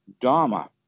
dharma